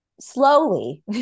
slowly